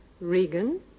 Regan